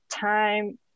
time